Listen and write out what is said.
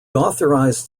authorized